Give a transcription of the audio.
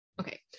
Okay